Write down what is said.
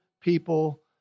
people